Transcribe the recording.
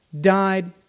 died